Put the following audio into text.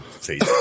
face